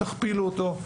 תכפילו אותו,